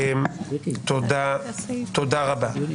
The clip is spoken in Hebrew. תודה רבה.